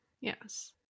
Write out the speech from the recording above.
Yes